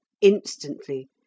Instantly